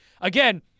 again